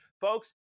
folks